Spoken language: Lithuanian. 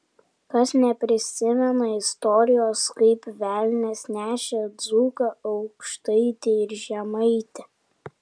kas neprisimena istorijos kaip velnias nešė dzūką aukštaitį ir žemaitį